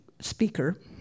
speaker